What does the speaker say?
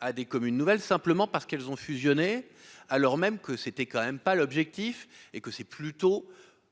à des communes nouvelles, simplement parce qu'elles ont fusionné, alors même que c'était quand même pas l'objectif et que c'est plutôt